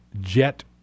jet